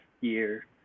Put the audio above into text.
year